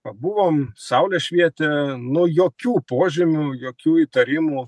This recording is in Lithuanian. pabuvom saulė švietė nu jokių požymių jokių įtarimų